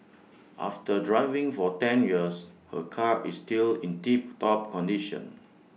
after driving for ten years her car is still in tip top condition